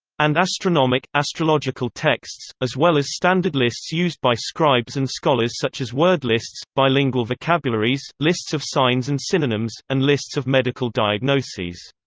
and astronomic astrological texts, as well as standard lists used by scribes and scholars such as word lists, bilingual vocabularies, lists of signs and synonyms, and lists of medical diagnoses.